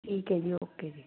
ਠੀਕ ਹੈ ਜੀ ਓਕੇ ਜੀ